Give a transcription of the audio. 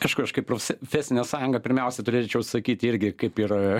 aš kažkaip profesinė sąjunga pirmiausia turėčiau sakyti irgi kaip ir